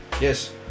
Yes